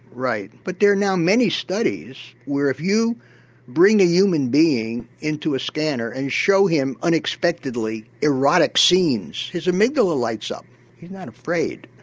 right, but there are now many studies where if you bring a human being into a scanner and show him unexpectedly erotic scenes, his amygdala lights up he's not afraid.